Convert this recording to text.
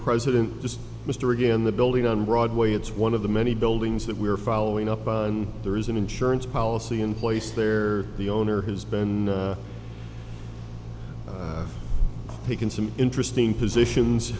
president just mr again the building on broadway it's one of the many buildings that we're following up there is an insurance policy in place there the owner has been taken some interesting positions